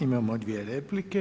Imamo dvije replike.